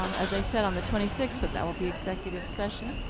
um as i said, on the twenty six, but that will be executive session.